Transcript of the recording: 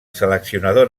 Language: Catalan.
seleccionador